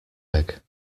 egg